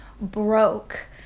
broke